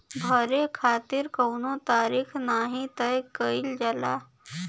भरे खातिर कउनो तारीख नाही तय कईल जाला